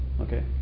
okay